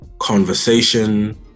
conversation